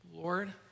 Lord